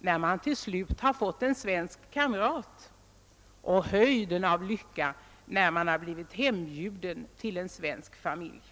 när man till slut har fått en svensk kamrat, och höjden av lycka, när man har blivit hembjuden till en svensk familj.